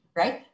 right